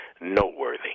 noteworthy